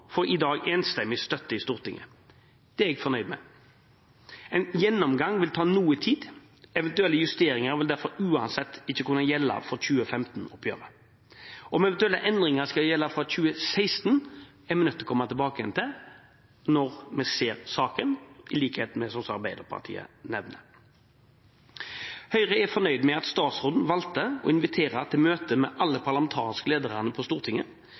får i dag enstemmig støtte i Stortinget. Det er jeg fornøyd med. En gjennomgang vil ta noe tid, eventuelle justeringer vil derfor uansett ikke kunne gjelde for 2015-oppgjøret. Om eventuelle endringer skal gjelde fra 2016, er vi nødt til å komme tilbake til når vi ser saken, i likhet med det Arbeiderpartiet nevner. Høyre er fornøyd med at statsråden valgte å invitere til møte med alle de parlamentariske lederne på Stortinget